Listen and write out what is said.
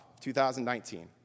2019